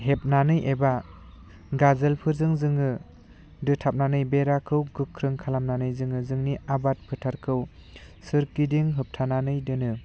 हेबनानै एबा गाजोलफोरजों जोङो दोथाबनानै बेराखौ गोख्रों खालामनानै जोङो जोंनि आबाद फोथारखौ सोरगिदिं होबनानै दोनो